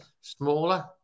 smaller